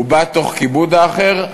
הוא בא תוך כיבוד האחר,